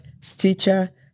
Stitcher